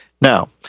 Now